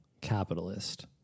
capitalist